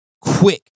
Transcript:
quick